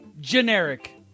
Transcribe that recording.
Generic